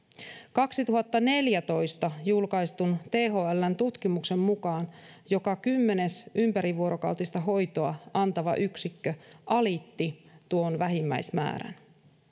kaksituhattaneljätoista julkaistun thln tutkimuksen mukaan joka kymmenes ympärivuorokautista hoitoa antava yksikkö alitti tuon vähimmäismäärän